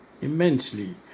immensely